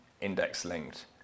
index-linked